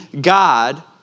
God